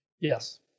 Yes